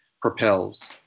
propels